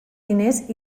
diners